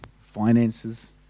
finances